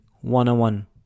one-on-one